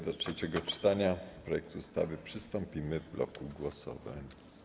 Do trzeciego czytania projektu ustawy przystąpimy w bloku głosowań.